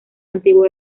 antiguo